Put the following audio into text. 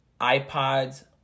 iPods